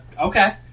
Okay